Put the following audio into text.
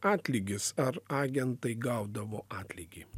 atlygis ar agentai gaudavo atlygį